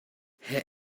herr